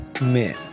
men